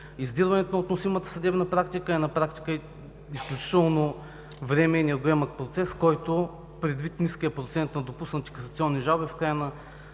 издирването на относимата съдебна практика е на практика изключително времеемък процес, който предвид ниският процент на допуснати касационни жалби, в крайна